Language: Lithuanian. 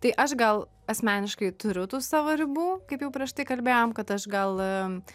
tai aš gal asmeniškai turiu tų savo ribų kaip jau prieš tai kalbėjom kad aš gal